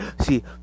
see